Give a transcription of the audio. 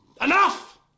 enough